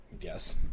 yes